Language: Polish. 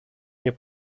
nie